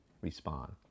respond